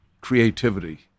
creativity